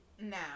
Now